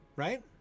Right